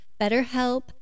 BetterHelp